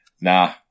nah